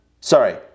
Sorry